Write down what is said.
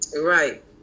Right